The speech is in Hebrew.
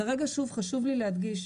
כרגע חשוב לי להדגיש,